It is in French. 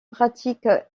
pratique